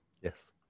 Yes